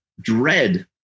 dread